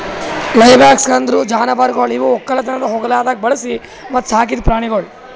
livestock ಅಂದುರ್ ಜಾನುವಾರುಗೊಳ್ ಇವು ಒಕ್ಕಲತನದ ಹೊಲಗೊಳ್ದಾಗ್ ಬೆಳಿಸಿ ಮತ್ತ ಸಾಕಿದ್ ಪ್ರಾಣಿಗೊಳ್